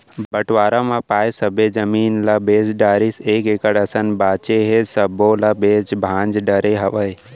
बंटवारा म पाए सब्बे जमीन ल बेच डारिस एक एकड़ असन बांचे हे सब्बो ल बेंच भांज डरे हवय